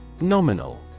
Nominal